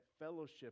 fellowship